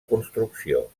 construcció